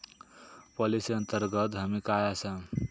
Policy अंतर्गत हमी काय आसा?